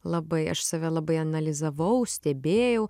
labai aš save labai analizavau stebėjau